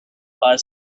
are